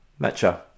Matcha